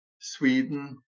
Sweden